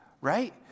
Right